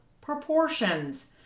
proportions